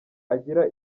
agira